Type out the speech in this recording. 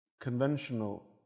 conventional